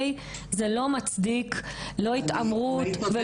זה לא מצדיק לא התעמרות,